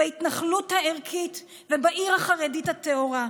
בהתנחלות הערכית ובעיר החרדית הטהורה,